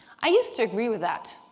i used to agree with that.